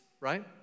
right